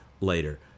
later